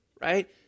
Right